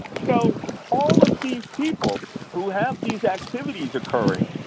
so all of these people who have these activities occurring,